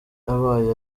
abaye